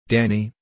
Danny